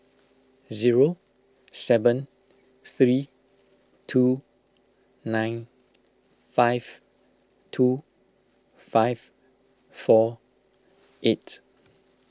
zero seven three two nine five two five four eight